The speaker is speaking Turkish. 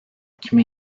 kimi